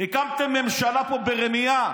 הקמתם ממשלה פה ברמייה.